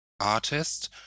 artist